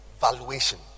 valuation